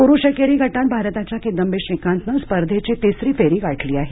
पुरुष एकेरी गटात भारताच्या किदंबी श्रीकांतने स्पर्धेची तिसरी फेरी गाठली आहे